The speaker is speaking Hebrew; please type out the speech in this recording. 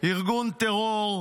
ארגון טרור